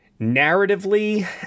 narratively